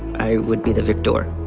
i would be the victor.